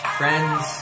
friends